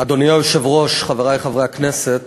אדוני היושב-ראש, חברי חברי הכנסת,